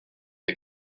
des